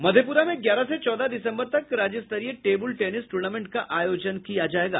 मधेपुरा में ग्यारह से चौदह दिसम्बर तक राज्यस्तरीय टेबल टेनिस टूर्नामेंट का आयोजन किया जायेगा